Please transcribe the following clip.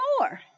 more